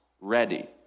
ready